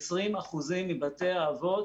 20% מבתי האבות